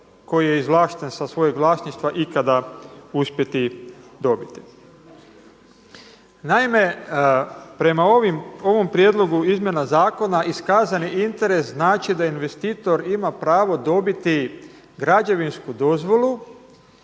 koji je izvlašten sa svojeg vlasništva ikada uspjeti dobiti. Naime, prema ovom prijedlogu izmjena zakona iskazani interes znači da investitor ima pravo dobiti građevinsku dozvolu